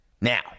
now